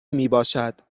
میباشد